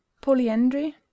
polyandry